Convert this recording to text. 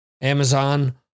Amazon